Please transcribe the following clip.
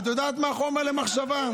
חומר למחשבה.